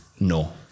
no